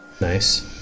nice